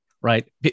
Right